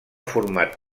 format